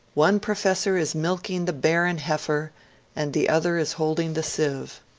one professor is milking the barren heifer and the other is holding the sieve.